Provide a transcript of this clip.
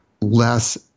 less